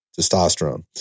testosterone